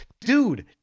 dude